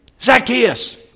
Zacchaeus